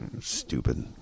stupid